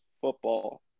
football